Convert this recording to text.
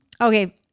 okay